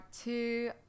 two